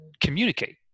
communicate